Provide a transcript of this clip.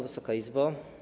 Wysoka Izbo!